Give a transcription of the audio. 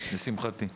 לשמחתי.